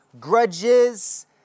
grudges